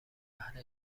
اهل